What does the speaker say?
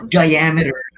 diameter